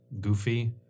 goofy